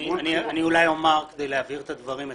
כדי להבהיר את הדברים,